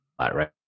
right